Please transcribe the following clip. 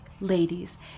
ladies